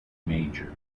major